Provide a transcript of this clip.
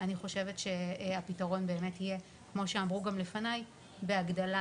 אני חושבת שהפתרון באמת יהיה כמו שאמרו גם לפניי בהגדלה